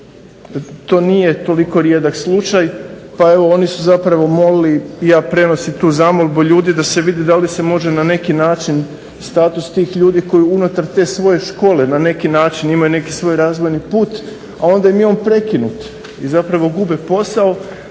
To nije toliko rijedak slučaj. Pa oni su zapravo molili i ja prenosim tu zamolbu ljudi da se vidi da li se može na neki način status tih ljudi koji unutar te svoje škole na neki način imaju neki svoj razvojni put, a onda im je on prekinut i zapravo gube posao.